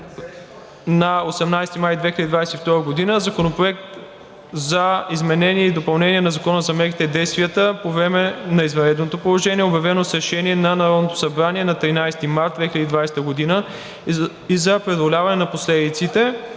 отнасяща се до Законопроект за допълнение на Закона за мерките и действията по време на извънредното положение, обявено с решение на Народното събрание от 13 март 2020 г., и за преодоляване на последиците,